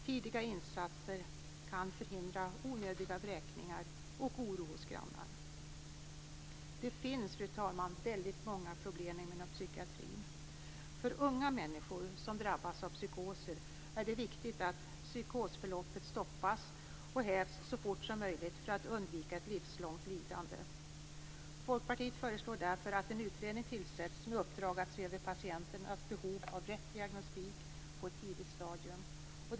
Tidiga insatser kan förhindra onödiga vräkningar och oro hos grannar. Fru talman! Det finns många problem inom psykiatrin. För unga människor som drabbas av psykoser är det viktigt att psykosförloppet stoppas och hävs så fort som möjligt, för att undvika ett livslångt lidande. Folkpartiet föreslår därför att en utredning tillsätts med uppdrag att se över patienternas behov av rätt diagnos på ett tidigt stadium.